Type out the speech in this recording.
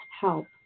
help